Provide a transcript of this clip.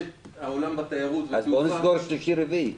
בוא ניקח את הנתונים הכלליים,